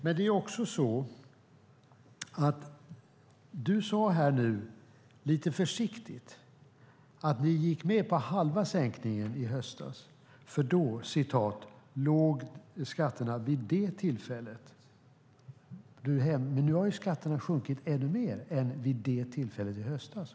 Dessutom sade Leif Jakobsson lite försiktigt att de gick med på halva sänkningen i höstas med tanke på, som han sade, hur skatterna låg vid det tillfället. Nu har skatterna sjunkit ytterligare jämfört med det tillfället i höstas.